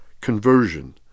conversion